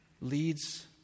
leads